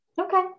Okay